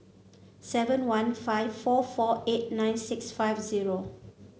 seven one five four four eight nine six five zero